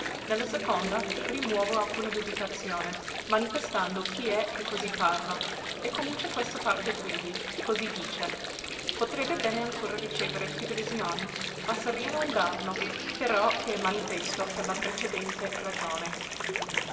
la seconda rimuovo alcuna dubitazione manifestando chi è che così parla e comincia questa parte quivi così dice potrebbe bene ancora ricevere più divisioni ma sariano indarno però che è manifesto per la precedente ragione